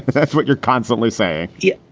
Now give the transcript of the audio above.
but that's what you're constantly saying yeah,